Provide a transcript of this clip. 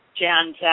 Jan